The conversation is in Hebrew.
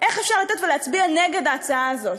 איך אפשר לא לתת ולהצביע נגד ההצעה הזאת?